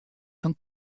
fan